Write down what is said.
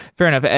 fair enough.